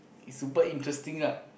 is super interesting ah